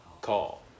call